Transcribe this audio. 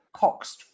coxed